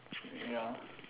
ya